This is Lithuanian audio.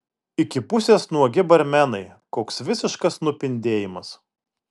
iki pusės nuogi barmenai koks visiškas nupindėjimas